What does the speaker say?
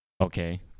Okay